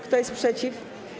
Kto jest przeciw?